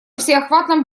всеохватном